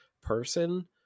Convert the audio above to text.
person